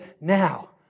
now